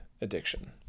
addiction